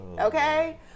Okay